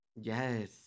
Yes